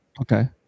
Okay